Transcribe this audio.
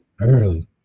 Early